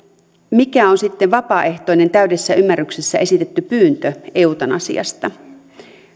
mikä on sitten vapaaehtoinen täydessä ymmärryksessä esitetty pyyntö eutanasiasta